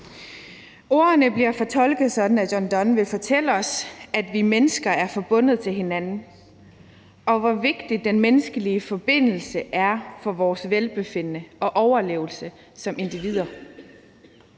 Ordene bliver fortolket sådan, at John Donne vil fortælle os, at vi mennesker er forbundet til hinanden, og hvor vigtig den menneskelige forbindelse er for vores velbefindende og overlevelse som individer.